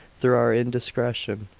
through our indiscretion,